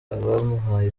abamuhaye